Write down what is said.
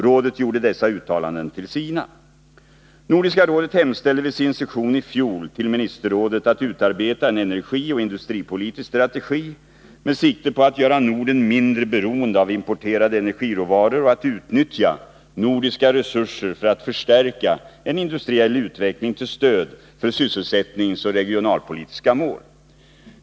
Rådet gjorde dessa uttalanden till sina. Nordiska rådet hemställde vid sin session i fjol till ministerrådet att utarbeta en energioch industripolitisk strategi med sikte på att göra Norden mindre beroende av importerade energiråvaror och att utnyttja nordiska resurser för att förstärka en industriell utveckling till stöd för sysselsättningsoch regionalpolitiska mål.